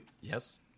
Yes